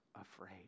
afraid